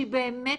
שהיא באמת